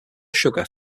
sugar